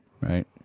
Right